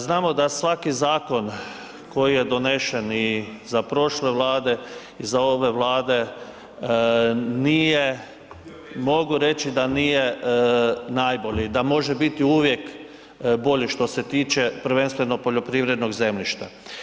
Znamo da svaki zakon koji je donesen i za prošle Vlade i za ove Vlade nije, mogu reći da nije najbolji, da može biti uvijek što se tiče prvenstveno poljoprivrednog zemljišta.